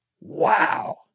Wow